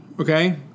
Okay